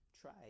try